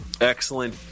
excellent